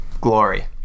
Glory